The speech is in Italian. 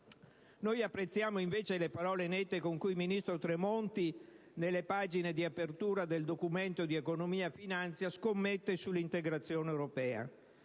Noi apprezziamo invece le parole nette con cui il ministro Tremonti nelle pagine di apertura del Documento di economia e finanza scommette sull'integrazione europea,